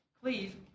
Please